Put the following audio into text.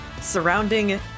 surrounding